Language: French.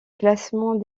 classement